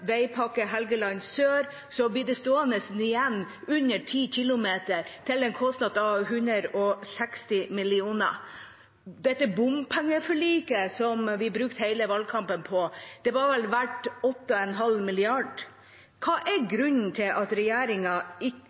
Veipakke Helgeland sør, blir det stående igjen under 10 km til en kostnad av 160 mill. kr. Dette bompengeforliket som vi brukte hele valgkampen på, var vel verdt 8,5 mrd. kr. Hva er grunnen til at regjeringa